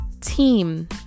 team